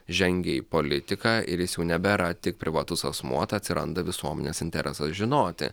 žengė į politiką ir jis jau nebėra tik privatus asmuo tai atsiranda visuomenės interesas žinoti